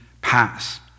pass